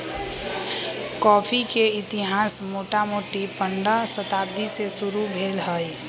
coffee के इतिहास मोटामोटी पंडह शताब्दी से शुरू भेल हइ